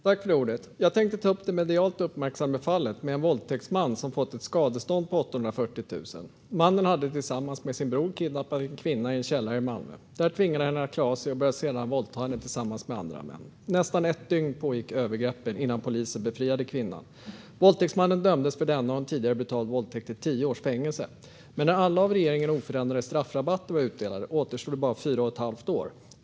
Fru talman! Jag tänkte ta upp det medialt uppmärksammade fallet med en våldtäktsman som fått ett skadestånd på 840 000 kronor. Mannen hade tillsammans med sin bror kidnappat en kvinna i en källare i Malmö. Där tvingade han henne att klä av sig och började sedan våldta henne tillsammans med andra män. Nästan ett dygn pågick övergreppen innan polisen befriade kvinnan. Våldtäktsmannen dömdes för denna och en tidigare brutal våldtäkt till tio års fängelse, men när alla av regeringen oförändrade straffrabatter var utdelade återstod bara fyra och ett halvt år.